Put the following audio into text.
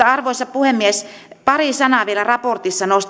arvoisa puhemies pari sanaa vielä raportissa